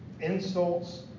insults